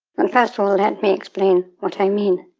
and first of all let me explain what i mean.